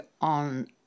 on